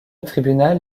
tribunal